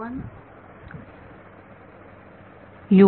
विद्यार्थी